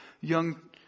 young